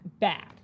Bad